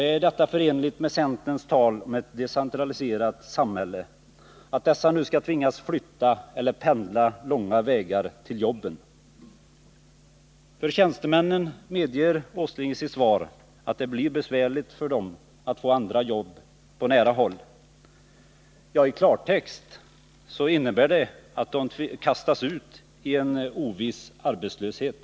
Är det förenligt med centerns tal om ett decentraliserat samhälle att dessa människor skall tvingas flytta eller pendla lång väg mellan jobbet och hemmet? Nils Åsling medger i sitt svar att det blir besvärligt för tjänstemännen att få andra jobb på nära håll. Ja, i klartext innebär det att de kastas ut i en oviss arbetslöshet.